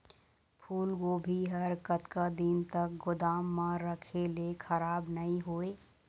फूलगोभी हर कतका दिन तक गोदाम म रखे ले खराब नई होय?